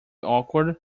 awkward